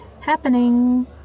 happening